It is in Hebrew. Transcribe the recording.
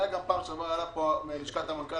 היה גם בפעם שעברה, שאמרו לנו מלשכת המנכ"ל